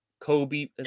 Kobe